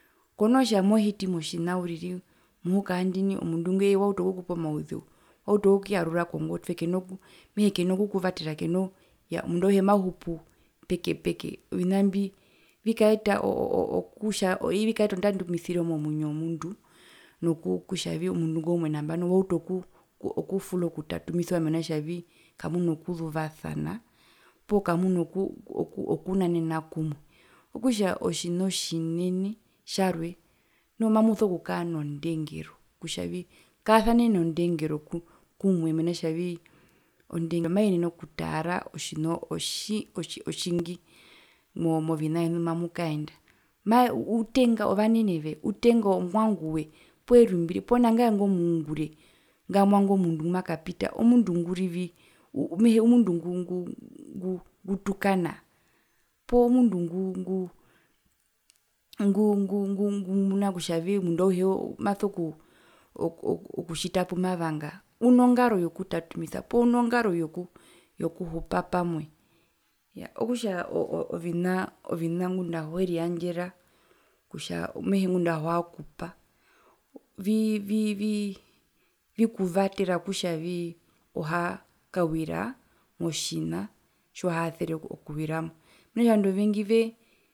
Konotja mohiti motjina uriri muhuka ndina omundu ngo nambano wautu okukuyarura kongotwe kena kuu mehe kena kukuvtera kena oo omundu auhe mahupu peke peke ovinambi vikaeta kutja vikaeta ondatumisire momwyino womundu noku kutjavii nambano omundu ingo umwe uuta okufula okutatumisiwa mena kutjavii mena kutjavii kamuna kuzuvasana poo kamuno ku oku okunanena kumwe okutja otjina otjinene tjarwe noho mamuso kukaa nondengero kutjavii kaasanee nondengero kumwe mena rokutjavii ondengero maiyenene okutaara otjina otjii otjingi movina vyenu mumamukaenda, maa uuu utenga ovaneneve utenga ovanguve poo rumbire poo nongae ingo muungure ngamwa ingo mundu ngumakapita omundu ngurivi mehee omundu ngu ngu ngutukana poo mundu ngu ngu ngu ngu ngu ngumuna kutjavi omundu auhe maso kuuu oku oku okutjita pumavanga unongaro yokutatumisa poo unongaro yokuhupa pamwe iyaa okutja ovinaa ovina ngunda auhiyerindjera kutja mehee ngunda auha kupa vii vivi vikuvatera kutjavii ohakawira motjina tjiuhasere okuwiramo mehee ovandu ovengi vee